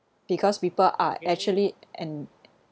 because people are actually and